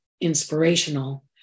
inspirational